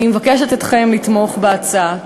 אני מבקשת מכם לתמוך בהצעה.